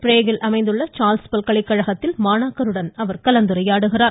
பிரேகில் அமைந்துள்ள ஊாயசடநள பல்கலைகழகத்தில் மாணாக்கருடன் அவர் கலந்துரையாடுகிறார்